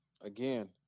again